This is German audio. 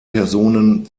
personen